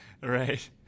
Right